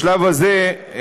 בשלב הזה,